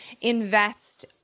invest